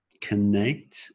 connect